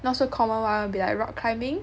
not so common one will be like rock climbing